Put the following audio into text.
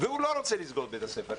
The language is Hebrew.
והוא לא רוצה לסגור את בית הספר,